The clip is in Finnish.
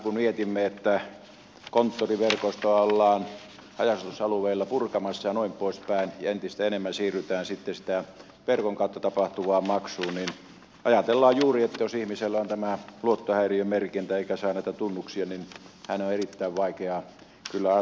kun mietimme että konttoriverkostoa ollaan haja asutusalueilla purkamassa ja noin poispäin ja entistä enemmän siirrytään verkon kautta tapahtuvaan maksuun niin ajatellaan juuri että jos ihmisellä on luottohäiriömerkintä eikä hän saa näitä tunnuksia niin hänen on erittäin vaikea kyllä asioida